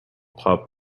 pup